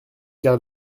garde